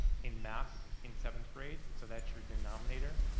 in math in seventh grade, so that's your denominator,